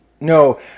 no